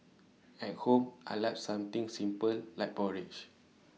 at home I Like something simple like porridge